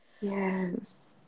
yes